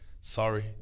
sorry